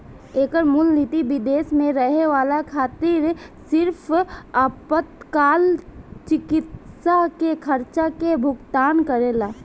एकर मूल निति विदेश में रहे वाला खातिर सिर्फ आपातकाल चिकित्सा के खर्चा के भुगतान करेला